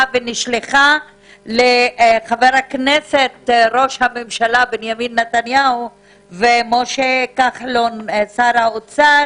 ונשלחה לחבר הכנסת ראש הממשלה בנימין נתניהו ולמשה כחלון שר האוצר,